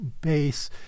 base